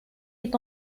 est